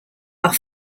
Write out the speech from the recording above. are